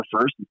first